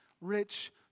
rich